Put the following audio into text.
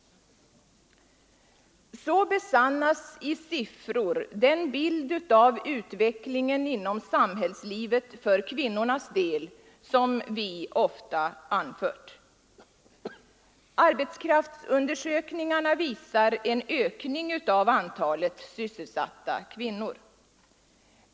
Så besannas i siffror den bild av utvecklingen inom samhällslivet för kvinnornas del som vi ofta visat fram. Arbetskraftsundersökningarna anger en ökning av antalet sysselsatta kvinnor.